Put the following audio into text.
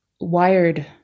wired